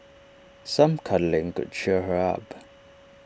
some cuddling could cheer her up